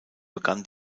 begann